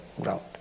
ground